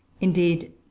Indeed